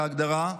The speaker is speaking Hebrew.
כהגדרה,